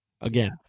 Again